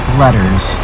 letters